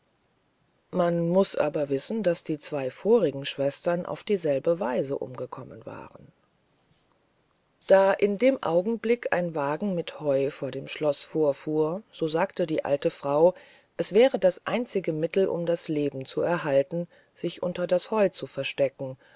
man muß aber wissen daß die zwei vorigen schwestern auf dieselbe weise waren umgekommen da in dem augenblick ein wagen mit heu von dem schloß wegfuhr so sagte die alte frau es wäre das einzige mittel um das leben zu behalten sich unter das heu zu verstecken